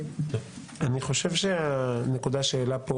אני חושב שהנקודה שהעלה פה